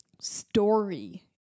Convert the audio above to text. Story